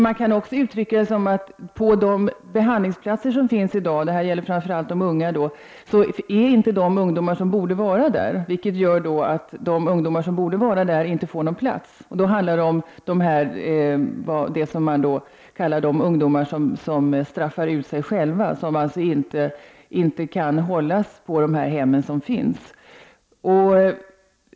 Man kan uttrycka det så här: På de behandlingsplatser som i dag finns, och detta gäller framför allt de unga, finns inte de som borde vara där. Detta gör att de ungdomar som borde vara där inte får någon plats. Det handlar främst om de ungdomar som straffar ut sig själva och alltså inte kan vårdas på de hem som finns.